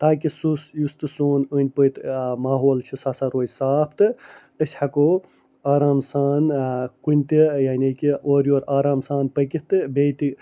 تاکہِ سُہ یُس تہِ سون أنٛدۍ پٔکۍ ماحول چھُ سُہ ہَسا روزِ صاف تہٕ أسۍ ہیٚکو آرام سان کُنہِ تہِ یعنی کہِ اورٕ یورٕ آرام سان پٔکِتھ تہٕ بیٚیہِ تہِ